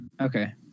Okay